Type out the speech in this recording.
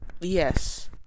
yes